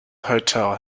hotel